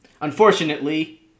Unfortunately